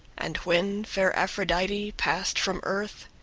and when fair aphrodite passed from earth,